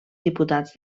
diputats